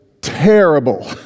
terrible